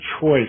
choice